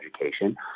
education